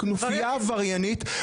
כנופייה עבריינית.